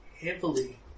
heavily